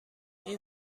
این